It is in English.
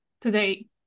today